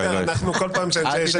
, כי איחרת.